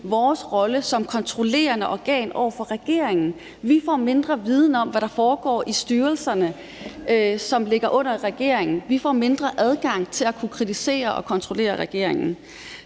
vores rolle som kontrollerende organ over for regeringen. Vi får mindre viden om, hvad der foregår i styrelserne, som ligger under regeringen. Vi får mindre adgang til at kunne kritisere og kontrollere regeringen.